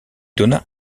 donna